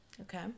okay